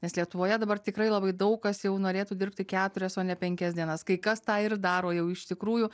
nes lietuvoje dabar tikrai labai daug kas jau norėtų dirbti keturias o ne penkias dienas kai kas tą ir daro jau iš tikrųjų